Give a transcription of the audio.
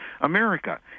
America